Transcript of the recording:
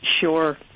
Sure